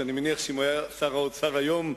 שאני מניח שאם הוא היה שר האוצר היום,